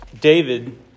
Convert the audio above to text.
David